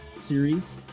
series